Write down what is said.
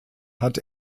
hat